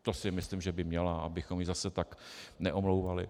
To si myslím, že by měla, abychom ji zase tak neomlouvali.